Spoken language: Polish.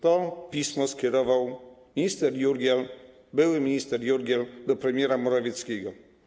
To pismo skierował minister Jurgiel, były minister Jurgiel do premiera Morawieckiego.